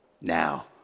now